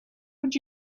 would